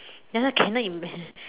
ya lor cannot imagine